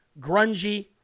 grungy